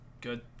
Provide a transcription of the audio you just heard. good